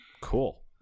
cool